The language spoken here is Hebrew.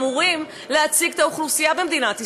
אמורים להציג את האוכלוסייה במדינת ישראל,